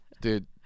dude